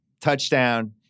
touchdown